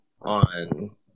on